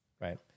right